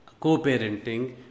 co-parenting